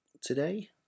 today